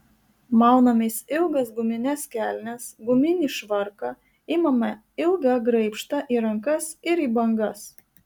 maunamės ilgas gumines kelnes guminį švarką imame ilgą graibštą į rankas ir į bangas